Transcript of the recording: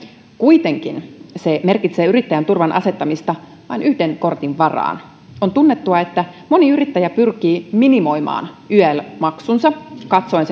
kuitenkin se merkitsee yrittäjän turvan asettamista vain yhden kortin varaan on tunnettua että moni yrittäjä pyrkii minimoimaan yel maksunsa katsoen